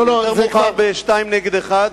לא לא, זה כבר, יותר מאוחר בשניים נגד אחד,